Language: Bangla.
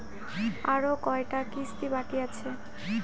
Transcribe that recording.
আরো কয়টা কিস্তি বাকি আছে?